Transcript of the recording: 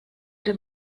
dem